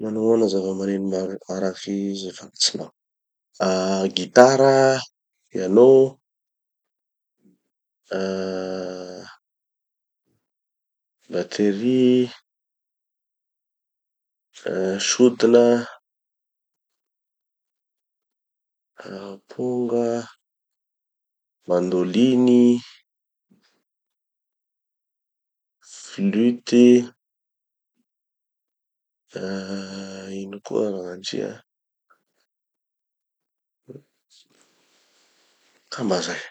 manognona zavamagneno maro araky ze fantatsinao. Ah gitara, piano, ah batterie, ah sodina, ah aponga, mandoliny, flute, ah ino koa ragnandria! Angamba zay.